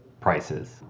prices